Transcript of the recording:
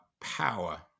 power